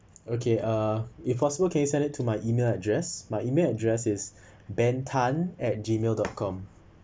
okay uh if possible can you send it to my email address my email address is ben tan at gmail dot com